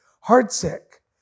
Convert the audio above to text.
heartsick